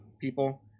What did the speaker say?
people